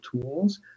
tools